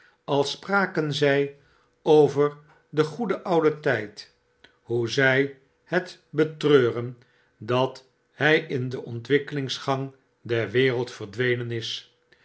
als spraken zg over den goeden ouden tgd hoe zg het betreuren dat hj in den ontwikkelingsgang der wereld verdwenen is